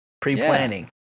Pre-planning